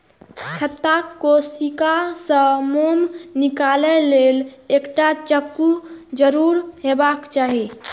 छत्ताक कोशिका सं मोम निकालै लेल एकटा चक्कू जरूर हेबाक चाही